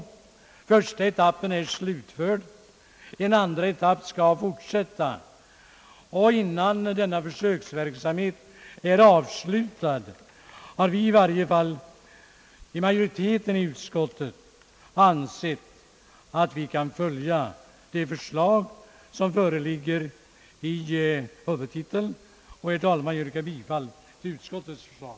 Första etappen är slutförd, och en andra etapp skall fortsätta. Innan denna försöksverksamhet är avslutad, har i varje fall majoriteten inom utskottet ansett att den kan följa det förslag som föreligger i propositionen under denna huvudtitel. Herr talman! Jag yrkar bifall till utskottets förslag.